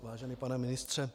Vážený pane ministře.